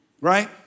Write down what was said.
Right